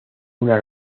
una